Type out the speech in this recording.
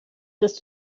dass